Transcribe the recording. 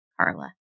Carla